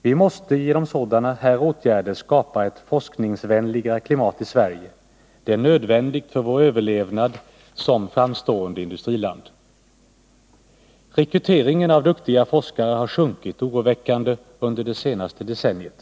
Vi måste genom åtgärder av detta slag skapa ett forskningsvänligare klimat i Sverige. Det är nödvändigt för vår överlevnad som framstående industriland. Rekryteringen av duktiga forskare har sjunkit oroväckande under det senaste decenniet.